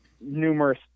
numerous